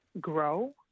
grow